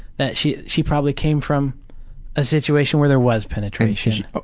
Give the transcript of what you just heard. that she she probably came from a situation where there was penetration. but